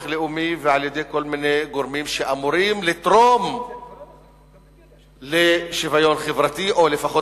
לאומי ועל-ידי כל מיני גורמים שאמורים לתרום לשוויון חברתי או לפחות